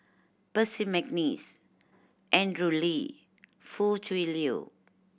Percy McNeice Andrew Lee Foo Tui Liew